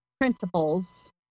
principles